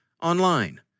Online